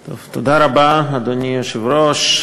1 2. אדוני היושב-ראש,